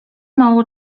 mało